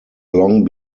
long